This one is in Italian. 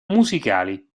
musicali